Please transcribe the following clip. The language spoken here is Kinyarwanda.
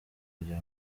kugira